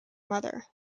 mother